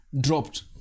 dropped